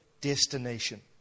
destination